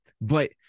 but-